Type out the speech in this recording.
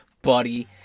Buddy